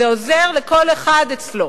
זה עוזר לכל אחד אצלו,